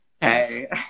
Hey